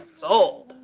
sold